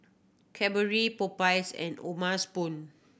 Cadbury Popeyes and O'ma's spoon